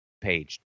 page